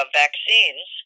vaccines